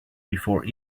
before